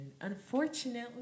unfortunately